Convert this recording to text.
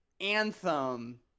anthem